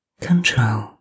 control